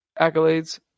accolades